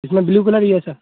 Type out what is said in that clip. इसमें blue colour ही है सर